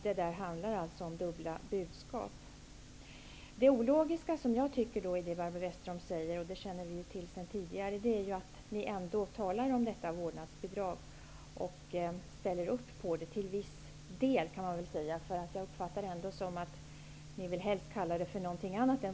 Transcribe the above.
Det handlar alltså om dubbla budskap. Det ologiska i det Barbro Westerholm säger -- det känner vi till sedan tidigare -- är att Folkpartiet talar om vårdnadsbidraget och ställer upp på det till viss del, men man vill helst kalla det något annat.